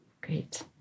Great